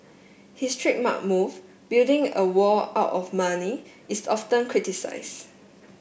his trademark move building a wall out of money is often criticised